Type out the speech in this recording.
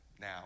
Now